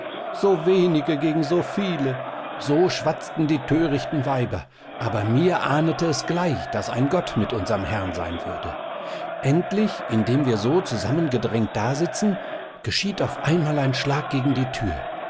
so wenige gegen so viele so schwatzten die thörichten weiber aber mir ahnete es gleich daß ein gott mit unserm herrn sein würde endlich indem wir so zusammengedrängt dasitzen geschieht auf einmal ein schlag gegen die thür